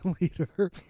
later